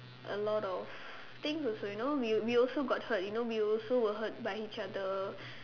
a lot of things you know we we also got hurt you know we also were hurt by each other